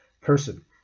person